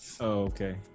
okay